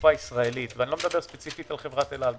והתעופה הישראלית ואני לא מדבר ספציפית על חברת אל על אלא